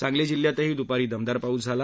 सांगली जिल्ह्यातही दुपारी दमदार पाऊस झाला